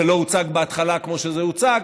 זה לא הוצג בהתחלה כמו שזה הוצג,